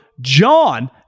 John